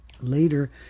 Later